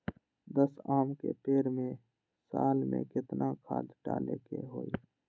दस आम के पेड़ में साल में केतना खाद्य डाले के होई?